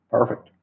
Perfect